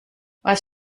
was